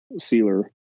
sealer